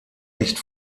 nicht